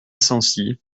sancy